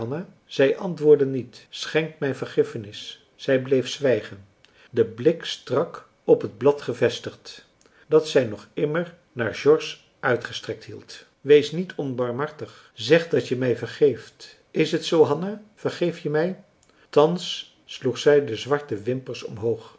zij antwoordde niet schenk mij vergiffenis zij bleef zwijgen den blik strak op het blad gevestigd dat zij nog immer naar george uitgestrekt hield wees niet onbarmhartig zeg dat je mij vergeeft is het zoo hanna vergeef je mij thans sloeg zij de zwarte wimpers omhoog